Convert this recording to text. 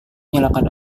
nyalakan